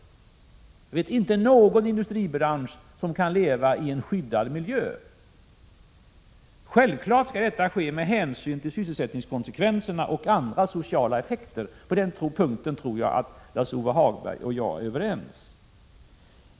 Jag vet inte någon industribransch som kan leva i en skyddad miljö. Självfallet skall detta ske under hänsynstagande till sysselsättningskonsekvenserna och andra sociala effekter. På den punkten tror jag att Lars-Ove Hagberg och jag är överens.